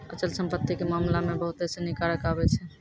अचल संपत्ति के मामला मे बहुते सिनी कारक आबै छै